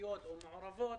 הממשלתיות והמעורבות